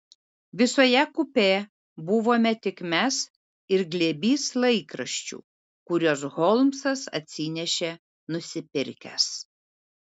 visoje kupė buvome tik mes ir glėbys laikraščių kuriuos holmsas atsinešė nusipirkęs